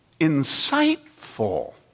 insightful